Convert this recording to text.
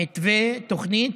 מתווה, תוכנית,